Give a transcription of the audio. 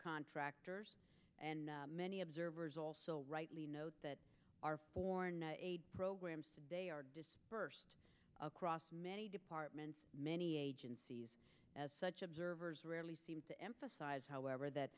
contractors and many observers also rightly note that our foreign aid programs are dispersed across many departments many agencies as such observers rarely seem to emphasize however that